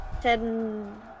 ten